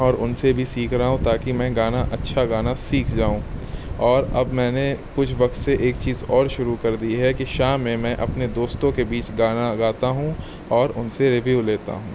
اور ان سے بھی سیکھ رہا ہوں تاکہ میں گانا اچھا گانا سیکھ جاؤں اور اب میں نے کچھ وقت سے ایک چیز اور شروع کر دی ہے کہ شام میں میں اپنے دوستوں کے بیچ گانا گاتا ہوں اور ان سے رویو لیتا ہوں